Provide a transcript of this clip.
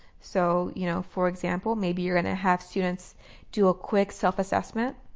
so, you know, for example, maybe you're going to have students do a quick self-assessment